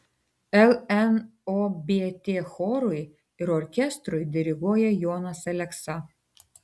lnobt chorui ir orkestrui diriguoja jonas aleksa